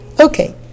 okay